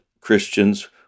Christians